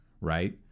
right